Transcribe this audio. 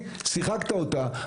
שיחקת אותה,